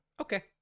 Okay